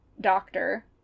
doctor